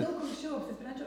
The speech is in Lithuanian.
gaug anksčiau kaip trečio